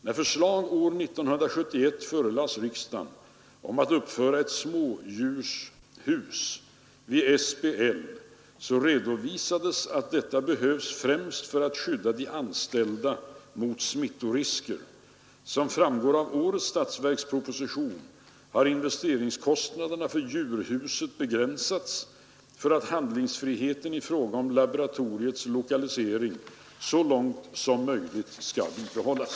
När förslag år 1971 förelades riksdagen om att uppföra ett smådjurshus vid SBL redovisades att detta behövs främst för att skydda de anställda mot smittorisker. Som framgår av årets statsverksproposition har investeringskostnaderna för djurhuset begränsats för att handlingsfriheten i fråga om laboratoriets lokalisering så långt som möjligt skall bibehållas.